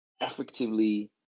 effectively